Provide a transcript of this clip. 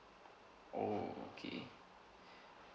oh okay